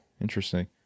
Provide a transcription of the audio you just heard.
Interesting